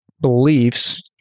beliefs